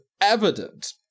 evident